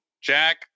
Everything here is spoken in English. Jack